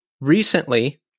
recently